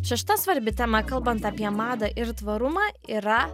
šešta svarbi tema kalbant apie madą ir tvarumą yra